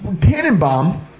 Tannenbaum